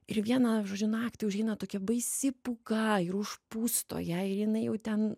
ir vieną naktį užeina tokia baisi pūga ir užpusto ją ir jinai jau ten